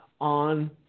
on